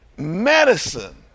Medicine